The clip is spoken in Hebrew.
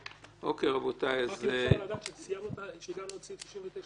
רק אם אפשר לדעת שהגענו עד סעיף 69ב9,